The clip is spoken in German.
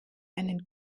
einen